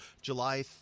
July